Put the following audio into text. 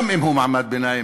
גם אם הוא מעמד ביניים,